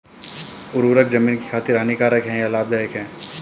उर्वरक ज़मीन की खातिर हानिकारक है या लाभदायक है?